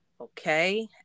Okay